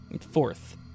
Fourth